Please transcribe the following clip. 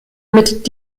mit